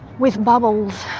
with bubbles,